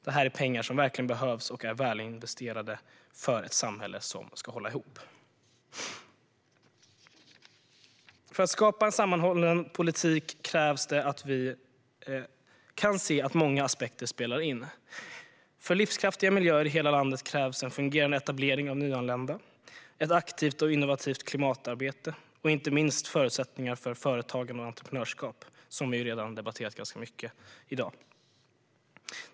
Detta är pengar som behövs och som är välinvesterade för ett samhälle som ska hålla ihop. För att skapa en sammanhållen politik krävs det att vi kan se att många aspekter spelar in. För livskraftiga miljöer i hela landet krävs en fungerande etablering av nyanlända, ett aktivt och innovativt klimatarbete och inte minst förutsättningar för företagande och entreprenörskap, som vi ju redan debatterat mycket i dag.